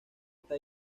está